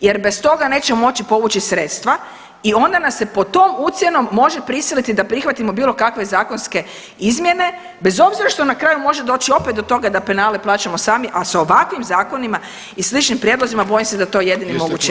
jer bez toga nećemo moći povući sredstva i onda nas se pod tom ucjenom može prisiliti da prihvatimo bilo kakve zakonske izmjene bez obzira što na kraju može opet doći do toga da penale plaćamo sami, a sa ovakvim zakonima i sličnim prijedlozima bojim se da je to jedini mogući epilog.